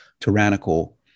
tyrannical